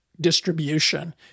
distribution